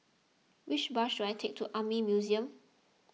which bus should I take to Army Museum